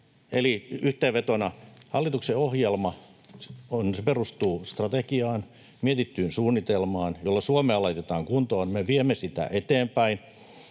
Eli yhteenvetona hallituksen ohjelma perustuu strategiaan, mietittyyn suunnitelmaan, jolla Suomea laitetaan kuntoon. Me viemme sitä eteenpäin.